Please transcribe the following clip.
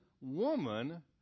woman